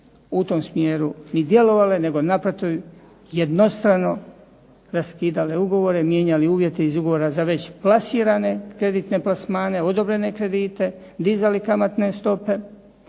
u tom smjeru ni djelovale, nego naprotiv jednostrano raskidale ugovore, mijenjali uvjete iz ugovora za već plasirane kreditne plasmane, odobrene kredite, dizali kamatne stope,